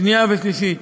שנייה ושלישית.